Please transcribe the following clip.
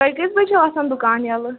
تۄہہِ کٔژِ بَجہِ چھُ آسَان دُکان ییٚلہٕ